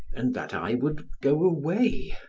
and that i would go away.